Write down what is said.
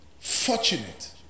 Fortunate